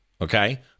Okay